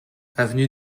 avenue